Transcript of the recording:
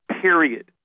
period